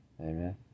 Amen